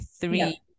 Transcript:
three